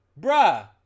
Bruh